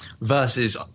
versus